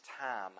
time